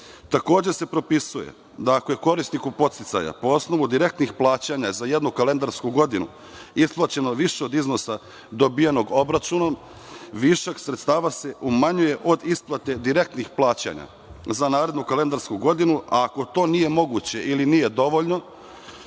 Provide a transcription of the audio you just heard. Takođe se propisuje da ako je korisniku podsticaja po osnovu direktnih plaćanja za jednu kalendarsku godinu isplaćeno više od iznosa dobijenog obračunom, višak sredstava se umanjuje od isplate direktnih plaćanja za narednu kalendarsku godinu, a ako to nije moguće ili nije dovoljno,